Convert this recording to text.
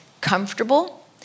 comfortable